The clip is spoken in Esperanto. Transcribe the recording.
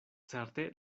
certe